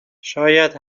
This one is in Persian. شاید